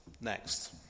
next